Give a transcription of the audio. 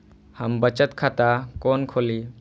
हम बचत खाता कोन खोली?